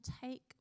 take